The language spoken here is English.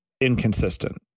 inconsistent